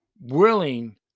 willing